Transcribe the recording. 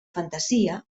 fantasia